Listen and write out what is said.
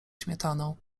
śmietaną